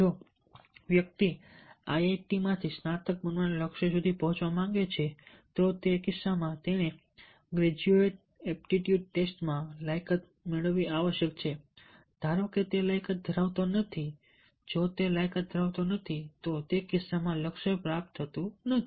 જો વ્યક્તિ IITમાંથી સ્નાતક બનવાના લક્ષ્ય સુધી પહોંચવા માંગે છે તો તે કિસ્સામાં તેણે ગ્રેજ્યુએટ એપ્ટિટ્યુડ ટેસ્ટમાં લાયકાત મેળવવી આવશ્યક છે ધારો કે તે લાયકાત ધરાવતો નથી જો તે લાયકાત ધરાવતો નથી તો તે કિસ્સામાં લક્ષ્ય પ્રાપ્ત થતું નથી